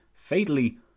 fatally